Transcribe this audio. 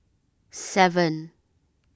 seven